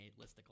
listicle